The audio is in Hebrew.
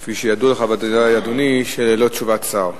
כפי שידוע לך ודאי, אדוני, זה ללא תשובת שר.